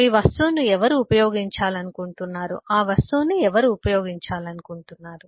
మీ వస్తువును ఎవరు ఉపయోగించాలనుకుంటున్నారు ఆ వస్తువును ఎవరు ఉపయోగించాలనుకుంటున్నారు